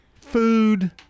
Food